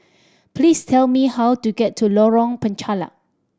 please tell me how to get to Lorong Penchalak